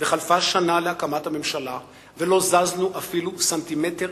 וחלפה שנה להקמת הממשלה ולא זזנו אפילו סנטימטר